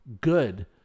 good